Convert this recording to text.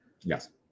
Yes